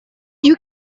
you